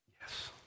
Yes